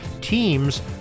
teams